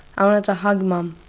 i wanted to hug mum,